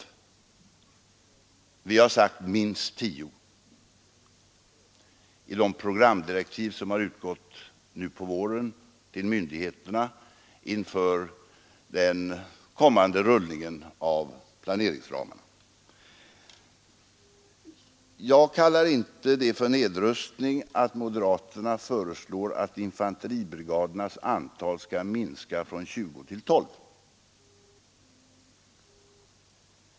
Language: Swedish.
Vi har sagt minst 10 i de programdirektiv som nu på våren har utgått till myndigheterna inför den kommande rullningen av planeringsramarna. Jag kallar det inte för nedrustning när moderaterna föreslår att infanteribrigadernas antal skall minska från 20 till 12.